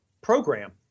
program